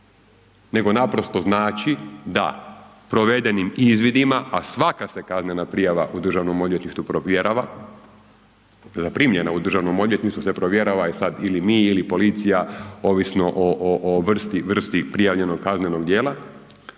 nego naprosto znači da provedenim izvidima a svaka se kaznena prijava u Državnom odvjetništvu provjerava, zaprimljena u Državnom odvjetništvu se provjerava, e sad ili mi ili policija, ovisno o vrsti prijavljenog kaznenog djela,